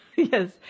Yes